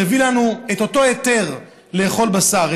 שהביא לנו את אותו היתר לאכול בשר,